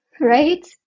Right